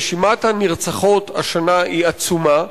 רשימת הנרצחות השנה היא עצומה.